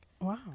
Wow